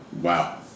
Wow